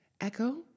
Echo